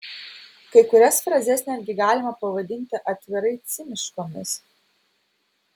kai kurias frazes netgi galima pavadinti atvirai ciniškomis